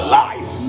life